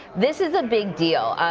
this is a big deal.